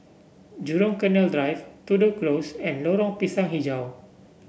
Jurong Canal Drive Tudor Close and Lorong Pisang hijau